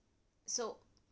so